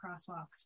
crosswalks